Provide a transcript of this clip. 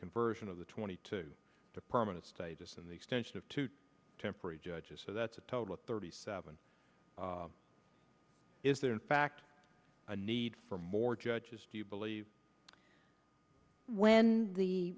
conversion of the twenty two to permanent status in the extension of temporary judges so that's a total of thirty seven is there in fact a need for more judges do you believe when the